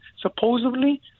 supposedly